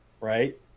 right